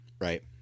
Right